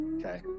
Okay